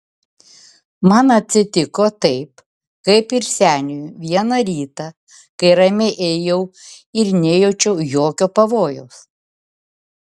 man atsitiko taip kaip ir seniui vieną rytą kai ramiai ėjau ir nejaučiau jokio pavojaus